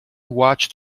watched